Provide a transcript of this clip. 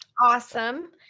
Awesome